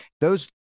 Those-